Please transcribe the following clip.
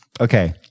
Okay